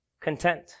Content